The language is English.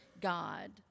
God